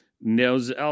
knows